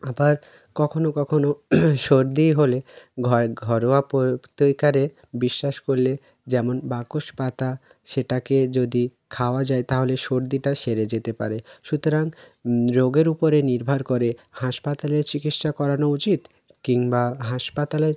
আবার কখনও কখনও সর্দি হলে ঘরোয়া প্রতিকারের বিশ্বাস করলে যেমন বাসক পাতা সেটাকে যদি খাওয়া যায় তাহলে সর্দিটা সেরে যেতে পারে সুতরাং রোগের উপরে নির্ভর করে হাসপাতালে চিকিৎসা করানো উচিত কিংবা হাসপাতালের